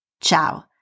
ciao